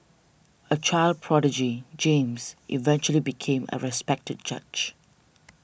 a child prodigy James eventually became a respected judge